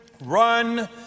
Run